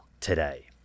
today